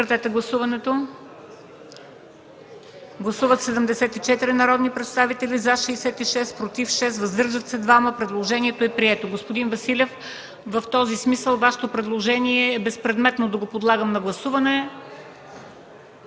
четене на три дни. Гласували 74 народни представители: за 66, против 6, въздържали се 2. Предложението е прието. Господин Василев, в този смисъл Вашето предложение е безпредметно да го подлагам на гласуване.